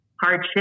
hardship